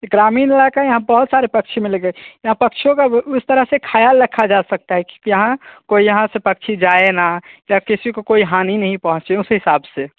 ग्रामिण इलाक़ा यहाँ बहुत सारे पक्षी मिलेंगे यहाँ पक्षीयों का उस तरह से ख़याल रखा जा सकता है कि यहाँ कोई यहाँ से पक्षी जाए ना या किसी को कोई हानि नहीं पहुंचे उस हिसाब से